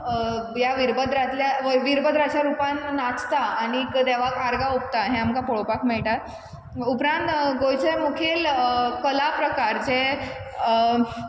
ह्या वीरभद्रांतल्यान वीरभद्राच्या रुपान नाचता आनीक देवाक आर्गां ओंपता हें आमकां पोळोपाक मेयटा उपरांत गोंयचे मुखेल कला प्रकार जे